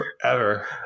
forever